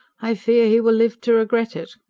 i fear he will live to regret it.